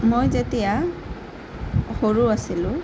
মই যেতিয়া সৰু আছিলোঁ